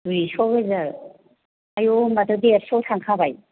दुइस' गोजोन आयु होनबाथ' देरस'आव थांखाबाय